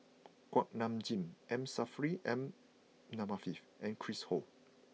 Kuak Nam Jin M Saffri Manaf and Chris Ho